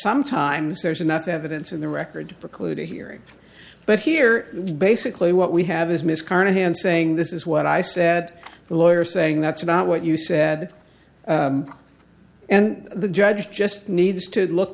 sometimes there's enough evidence in the record to preclude a hearing but here we basically what we have is mrs carnahan saying this is what i said the lawyer saying that's not what you said and the judge just needs to look